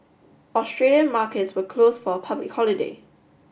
Australian markets were close for a public holiday